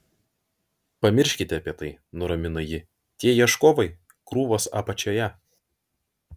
pamirškite apie tai nuramino ji tie ieškovai krūvos apačioje